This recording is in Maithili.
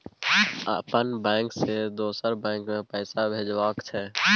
अपन बैंक से दोसर बैंक मे पैसा भेजबाक छै?